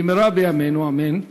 במהרה בימינו אמן,